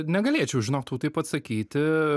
negalėčiau žinok tau taip atsakyti